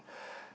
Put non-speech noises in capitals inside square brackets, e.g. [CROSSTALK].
[BREATH]